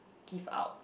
give out